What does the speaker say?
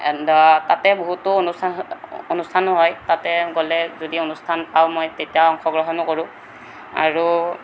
and তাতে বহুতো অনুষ্ঠান অনুষ্ঠানো হয় তাতে গ'লে যদি অনুষ্ঠান পাওঁ মই তেতিয়া অংশগ্ৰহণো কৰো আৰু